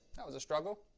that was a struggle.